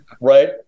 right